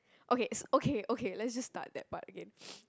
okay so okay okay let's just start that part again